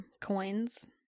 coins